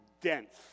dense